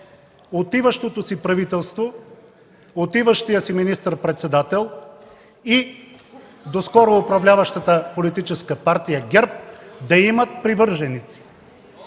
отиващото си правителство, отиващият си министър-председател и доскоро управляващата Политическа партия ГЕРБ да имат привърженици.